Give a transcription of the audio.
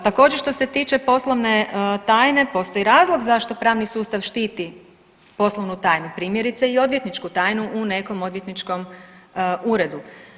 Također što se tiče poslovne tajne, postoji razlog zašto pravni sustav štiti poslovnu tajnu, primjerice i odvjetničku tajnu u nekom odvjetničkom uredu.